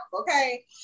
okay